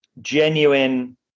genuine